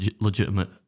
legitimate